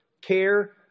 care